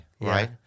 right